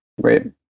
right